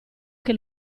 che